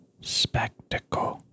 spectacle